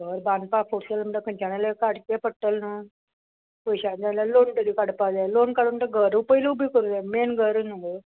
घर बांदपाक फुडें सरलें म्हणल्या खंयच्या जाल्या काडचे पडटले न्हू पयशां जाय जाल्यार लोन तरी काडपा जाय लोन काडून ते घर पयलीं उबी करूं जाय मेन घर न्हू गो